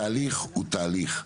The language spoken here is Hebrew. התהליך הוא תהליך.